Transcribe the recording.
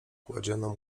kładziono